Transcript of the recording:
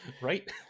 right